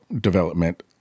development